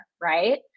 right